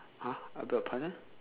!huh! I beg your pardon